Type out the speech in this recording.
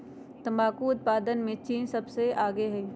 तंबाकू उत्पादन में चीन सबसे आगे हई